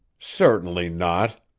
certainly not,